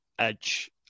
Edge